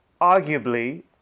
arguably